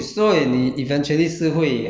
oh store what you have lah